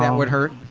and would hurt?